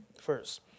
first